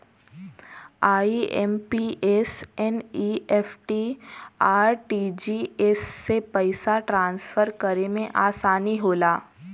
IMPS, NEFT, RTGS से पइसा transfer करे में आसानी होला